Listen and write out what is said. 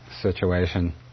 situation